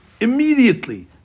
immediately